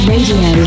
Radio